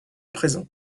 présent